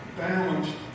balanced